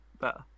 better